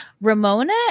Ramona